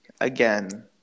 again